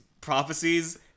prophecies